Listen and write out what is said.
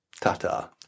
Ta-ta